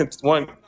one